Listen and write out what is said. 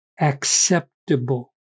acceptable